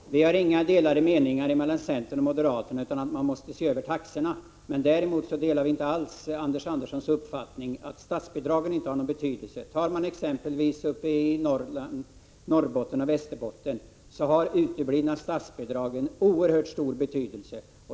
Herr talman! Det finns inga delade meningar mellan centern och moderata samlingspartiet i fråga om nödvändigheten av att se över taxorna. Däremot delar vi inte alls Anders Anderssons uppfattning att statsbidragen inte har någon betydelse. I exempelvis Norrbotten och Västerbotten har uteblivna statsbidrag en oerhört stor betydelse.